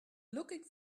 looking